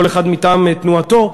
כל אחד מטעם תנועתו,